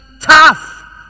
tough